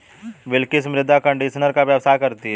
बिलकिश मृदा कंडीशनर का व्यवसाय करती है